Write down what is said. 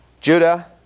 Judah